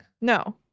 No